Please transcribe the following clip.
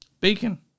Bacon